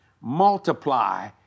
multiply